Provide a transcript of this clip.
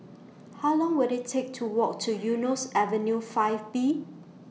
How Long Will IT Take to Walk to Eunos Avenue five B